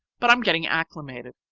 but i'm getting acclimated.